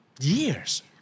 years